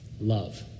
love